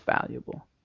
valuable